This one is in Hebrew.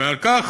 ועל כך,